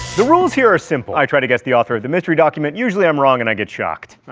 the rules here are simple i try to guess the author of the mystery document. usually i'm wrong and i get shocked.